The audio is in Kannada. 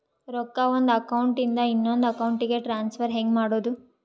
ರೊಕ್ಕ ಒಂದು ಅಕೌಂಟ್ ಇಂದ ಇನ್ನೊಂದು ಅಕೌಂಟಿಗೆ ಟ್ರಾನ್ಸ್ಫರ್ ಹೆಂಗ್ ಮಾಡೋದು?